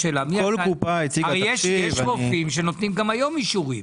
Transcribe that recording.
יש רופאים שנותנים הרי גם היום אישורים.